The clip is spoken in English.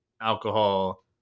alcohol